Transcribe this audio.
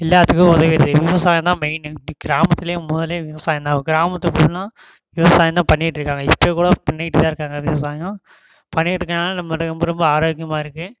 எல்லாத்துக்கும் உதவுது விவசாயம் தான் மெயின்னு இப்படி கிராமத்தில் மொதலில் விவசாயம் தான் ஒரு கிராமத்து ஃபுல்லாக விவசாயம் தான் பண்ணிக்கிட்டு இருக்காங்க இப்போ கூட பண்ணிட்டு தான் இருக்காங்க விவசாயம் பண்ணிக்கிட்டு இருக்கனால் நம்ம உடம்பு ரொம்ப ரொம்ப ஆரோக்கியமாக இருக்குது